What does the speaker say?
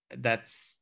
That's-